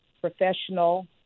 professional